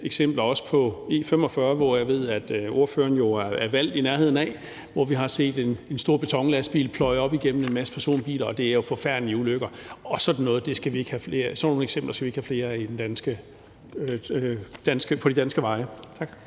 eksempler, også på E 45, som jeg ved ordføreren er valgt i nærheden af, hvor vi har set en stor betonlastbil pløje op igennem en masse personbiler. Det er jo forfærdelige ulykker, og sådan nogle eksempler skal vi ikke have flere af på de danske veje. Tak.